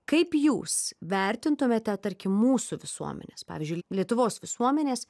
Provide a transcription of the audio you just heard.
kaip jūs vertintumėte tarkim mūsų visuomenės pavyzdžiui lietuvos visuomenės